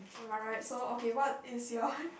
am I right so okay what is your